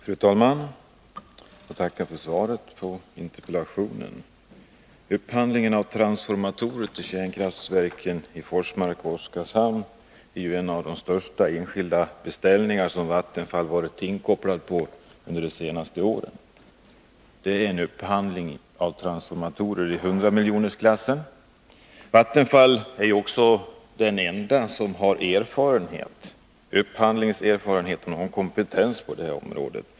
Fru talman! Jag tackar för svaret på interpellationen. Upphandlingen av transformatorer till kärnkraftverken i Forsmark och Oskarshamn är en av de största enskilda beställningar som Vattenfall har varit inkopplad på under de senaste åren. Det är fråga om en upphandling av transformatorer i hundramiljonersklassen. Vattenfall är också den enda upphandlare som har erfarenhet och kompetens på detta område.